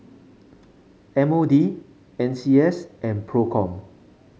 M O D N C S and Procom